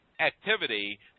Activity